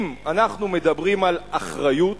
אם אנחנו מדברים על אחריות,